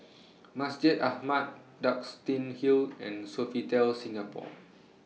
Masjid Ahmad Duxton Hill and Sofitel Singapore